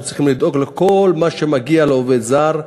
אנחנו צריכים לדאוג לכל מה שמגיע לעובד הזר,